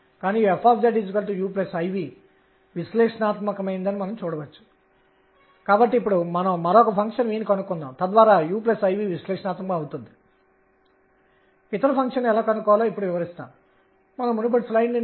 cyclic integral pr dr nr h కి సమానం ఇది ఇంకా చేయాల్సి ఉంది ఇప్పుడు ఆ పని చేద్దాం కాబట్టి శక్తి 12mr212mr2212mr2sin22 kr కు సమానమని గుర్తుంచుకోండి